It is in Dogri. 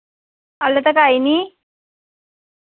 हल्ले तक आई नी